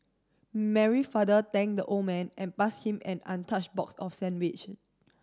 Mary father thanked the old man and passed him an untouched box of sandwich